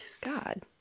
god